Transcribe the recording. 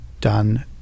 done